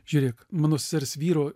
žiūrėk mano sesers vyro